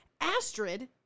Astrid